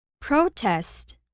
protest